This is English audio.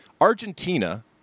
Argentina